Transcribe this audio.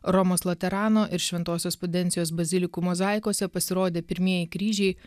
romos laterano ir šventosios pudencijos bazilikų mozaikose pasirodė pirmieji kryžiai